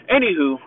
Anywho